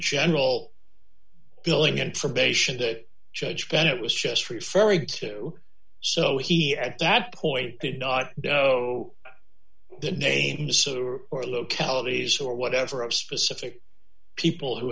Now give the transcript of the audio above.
general billing information that judge bennett was just referring to so he at that point did not know the names or localities or whatever of specific people who